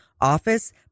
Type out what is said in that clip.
office